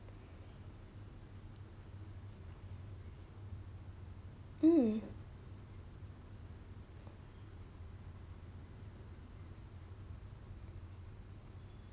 mm